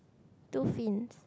two fins